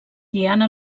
diana